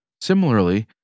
Similarly